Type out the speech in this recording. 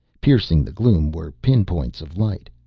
piercing the gloom were pin-points of light.